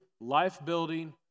life-building